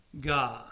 God